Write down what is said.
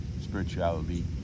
spirituality